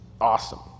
awesome